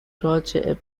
راجع